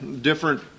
different